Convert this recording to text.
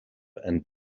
and